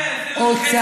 בואי לגור באריאל,